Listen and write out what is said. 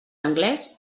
anglès